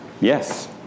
Yes